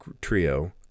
trio